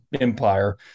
empire